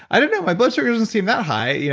i don't know. my blood sugar doesn't seem that high. yeah